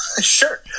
sure